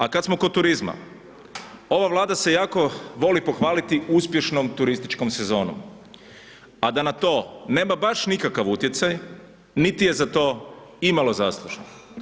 A kad smo kod turizma, ova Vlada se jako voli pohvaliti uspješno turističkom sezonom a da na to nema baš nikakav utjecaj niti je za to imalo zaslužna.